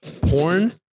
porn